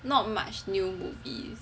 not much new movies